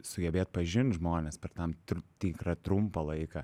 sugebėt pažint žmones per tam trik tikrą trumpą laiką